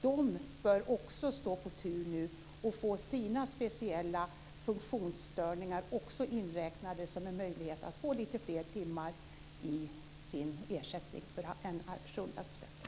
De bör nu också stå på tur och få sina speciella funktionsstörningar inräknade som en möjlighet att få lite fler timmar i sin ersättning för en personlig assistent.